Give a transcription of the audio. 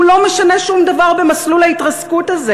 הוא לא משנה שום דבר במסלול ההתרסקות הזה.